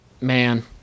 Man